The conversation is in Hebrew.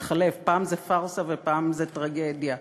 מתחלף: פעם זה פארסה ופעם זה טרגדיה.